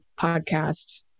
podcast